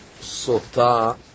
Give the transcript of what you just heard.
Sota